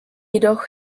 jedoch